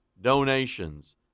donations